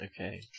Okay